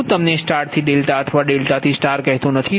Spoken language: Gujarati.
હું તમને સ્ટાર થી ડેલ્ટા અથવા ડેલ્ટા થી સ્ટાર કહેતો નથી